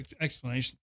explanation